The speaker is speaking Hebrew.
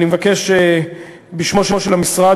אני מבקש בשמו של המשרד,